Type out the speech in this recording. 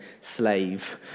slave